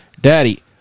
Daddy